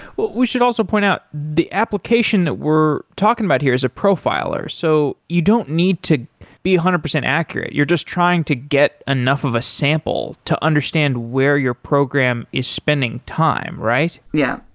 we should also point out the application that we're talking about here is a profiler. so you don't need to be one hundred percent accurate. you're just trying to get enough of a sample to understand where your program is spending time, right? yeah.